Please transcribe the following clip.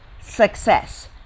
success